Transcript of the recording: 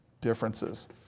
differences